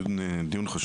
הוא דיון חשוב.